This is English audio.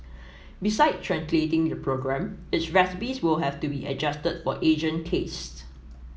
beside translating the program its recipes will have to be adjusted for Asian tastes